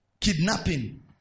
Kidnapping